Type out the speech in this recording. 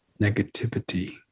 negativity